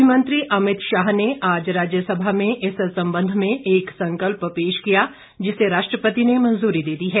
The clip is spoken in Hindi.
गृह मंत्री अमित शाह ने आज राज्य सभा में इस संबंध में एक संकल्प पेश किया जिसे राष्ट्रपति ने मंजूरी दे दी है